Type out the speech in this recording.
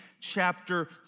chapter